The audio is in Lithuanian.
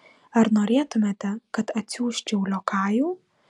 ar norėtumėte kad atsiųsčiau liokajų